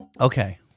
Okay